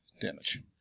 damage